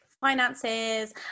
finances